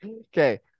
okay